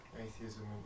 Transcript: atheism